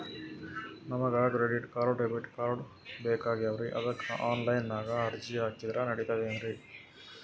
ನಮಗ credit card, debit card ಬೇಕಾಗ್ಯಾವ್ರೀ ಅದಕ್ಕ ಆನಲೈನದಾಗ ಅರ್ಜಿ ಹಾಕಿದ್ರ ನಡಿತದೇನ್ರಿ?